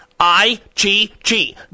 I-G-G